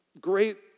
great